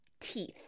teeth